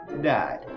died